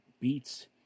beats